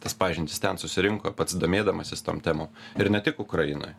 tas pažintis ten susirinko pats domėdamasis tom temom ir ne tik ukrainoje